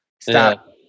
stop